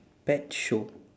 pet show